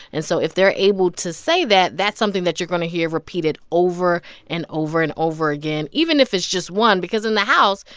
and so if they're able to say that, that's something that you're going to hear repeated over and over and over again, even if it's just one, because in the house,